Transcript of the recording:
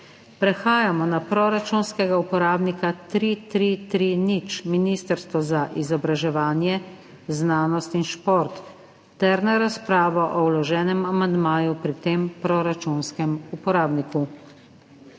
Prehajamo na proračunskega uporabnika 3330 Ministrstvo za izobraževanje, znanost in šport ter na razpravo o vloženem amandmaju pri tem proračunskem uporabniku.